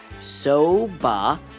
soba